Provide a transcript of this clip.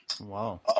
Wow